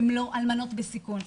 הם לא אלמנות בסיכון,